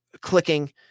clicking